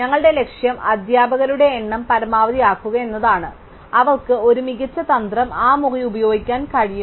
ഞങ്ങളുടെ ലക്ഷ്യം അധ്യാപകരുടെ എണ്ണം പരമാവധിയാക്കുക എന്നതാണ് അവർക്ക് ഒരു മികച്ച തന്ത്രം ആ മുറി ഉപയോഗിക്കാൻ കഴിയും